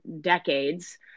decades